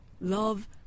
Love